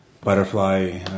Butterfly